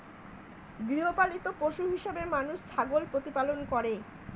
গৃহপালিত পশু হিসেবে মানুষ ছাগল প্রতিপালন করে